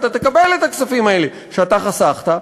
אתה תקבל את הכספים האלה שאתה חסכת,